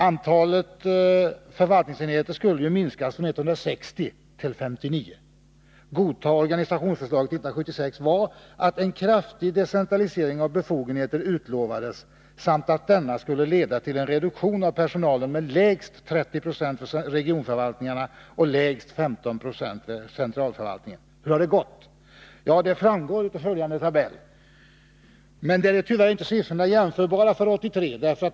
Antalet förvaltningsenheter skulle minskas från 160 till 59, och vad som fick trafikutskottet att med viss tvekan godta organisationsförslaget 1976 var, att det utlovades en kraftig decentralisering av befogenheter samt att denna skulle leda till en reduktion av personalen med lägst 30 90 vid regionförvaltningarna och lägst 15 96 vid centralförvaltningen. Hur har det gått? Det framgår av följande uppgifter. Siffrorna för 1983 är dock inte jämförbara med övriga.